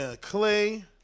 Clay